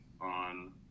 on